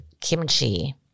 Kimchi